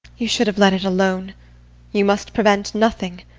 you should have let it alone you must prevent nothing.